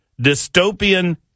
dystopian